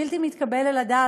בלתי מתקבל על הדעת,